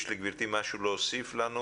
יש לגברתי משהו להוסיף לנו?